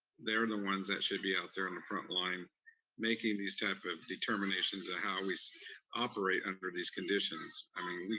they're the ones that should be out there on the front line making these type of determinations of how we operate under these conditions. i mean,